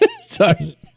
Sorry